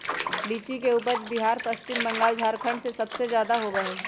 लीची के उपज बिहार पश्चिम बंगाल झारखंड में सबसे ज्यादा होबा हई